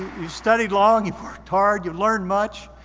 you studied long, you've worked hard, you've learned much,